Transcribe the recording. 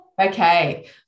okay